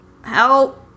help